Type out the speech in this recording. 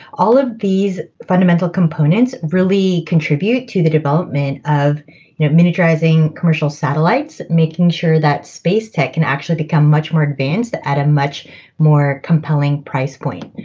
all of these fundamental components really contribute to the development of miniaturizing commercial satellites, making sure that space tech can actually become much more advanced at a much more compelling price point.